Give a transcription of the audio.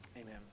Amen